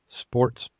sports